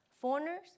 Foreigners